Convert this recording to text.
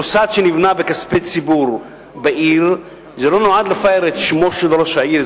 מוסד שנבנה בכספי ציבור בעיר לא נועד לפאר את שמו של ראש העיר.